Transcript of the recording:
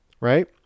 Right